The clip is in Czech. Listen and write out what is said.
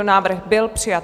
Návrh byl přijat.